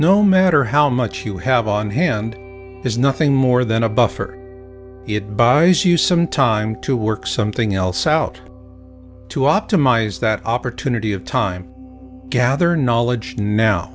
no matter how much you have on hand is nothing more than a buffer it buys you some time to work something else out to optimize that opportunity of time gather knowledge now